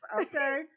Okay